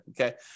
okay